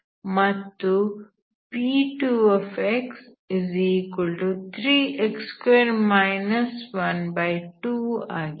ಮತ್ತು P2x2 ಆಗಿದೆ